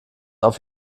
auf